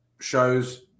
shows